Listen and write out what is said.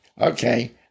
Okay